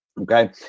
okay